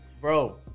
bro